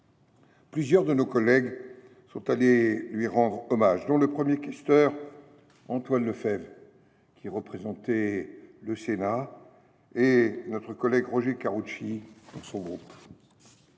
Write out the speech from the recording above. Plusieurs de nos collègues sont allés lui rendre hommage, dont le premier questeur, Antoine Lefèvre, qui représentait le Sénat, et notre collègue Roger Karoutchi, pour son groupe.